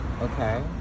Okay